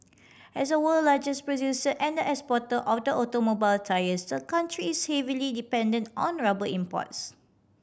as the world largest producer and exporter of automobile tyres the country is heavily dependent on rubber imports